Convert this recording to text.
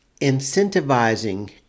incentivizing